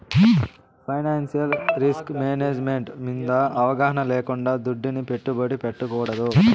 financial risk management మింద అవగాహన లేకుండా దుడ్డుని పెట్టుబడి పెట్టకూడదు